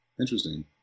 interesting